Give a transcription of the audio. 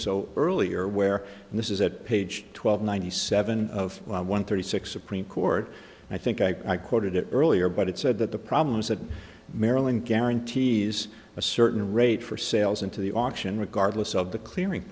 so earlier where in this is that page twelve ninety seven of one thirty six supreme court i think i quoted it earlier but it said that the problems that maryland guarantees a certain rate for sales into the auction regardless of the clearing